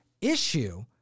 issue